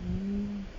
hmm